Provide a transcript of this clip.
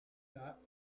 not